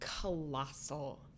colossal